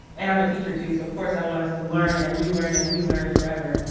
and i'm a teacher, too, so of course i want us to learn and relearn and relearn forever.